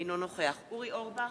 אינו נוכח אורי אורבך,